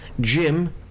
Jim